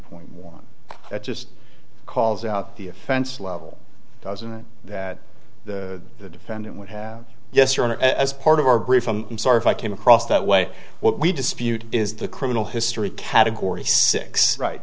point one i just calls out the offense level doesn't it that the defendant would have yes or no as part of our brief i'm sorry if i came across that way what we dispute is the criminal history category six right